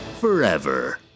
forever